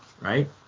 right